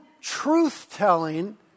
truth-telling